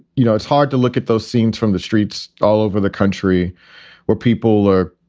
you know, it's hard to look at those scenes from the streets all over the country where people are,